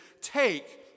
take